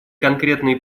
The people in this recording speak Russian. конкретные